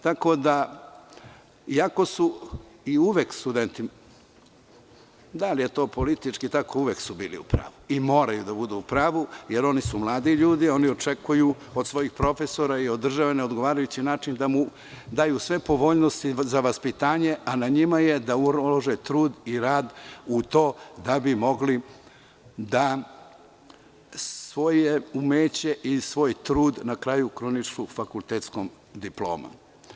Tako da, studenti su uvek, da li je to politički, ali uvek su bili u pravu i moraju da budu u pravu, jer oni su mladi ljudi i očekuju od svojih profesora i od države na odgovarajući način da im daju sve povoljnosti za vaspitanje, a na njima je da ulože trud i rad u to da bi mogli da svoje umeće i svoj trud na kraju krunišu fakultetskom diplomom.